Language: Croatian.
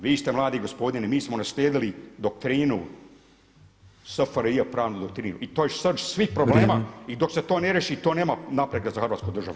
Vi ste mladi gospodine, mi smo naslijedili doktrinu SFRJ pravnu doktrinu i to je srž svih problema [[Upadica predsjednik: Vrijeme.]] i dok se to ne riješi to nema napretka za Hrvatsku državu.